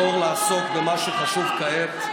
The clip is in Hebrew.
אחזור לעסוק במה שחשוב כעת,